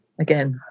again